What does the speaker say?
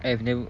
I have never